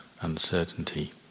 uncertainty